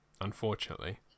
unfortunately